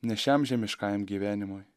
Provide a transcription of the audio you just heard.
ne šiam žemiškajam gyvenimui